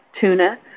tuna